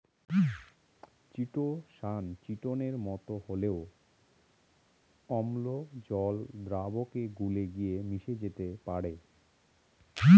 chitosan চিটোনের মতো হলেও অম্ল জল দ্রাবকে গুলে গিয়ে মিশে যেতে পারে